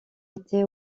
été